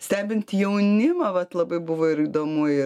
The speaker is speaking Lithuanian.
stebint jaunimą vat labai buvo ir įdomu ir